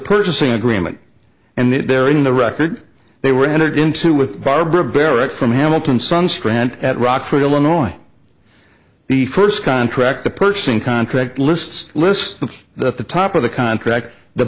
purchasing agreement and it buried in the record they were entered into with barbara barrett from hamilton sun strand at rockford illinois the first contract the purchasing contract lists lists that the top of the contract the